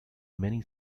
many